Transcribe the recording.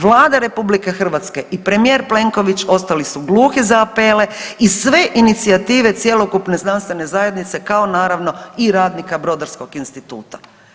Vlada RH i premijer Plenković ostali su gluhi za apele i sve inicijative cjelokupne znanstvene zajednice, kao naravno i radnika Brodarskog instituta.